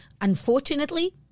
Unfortunately